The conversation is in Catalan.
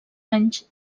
anys